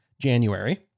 January